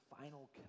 final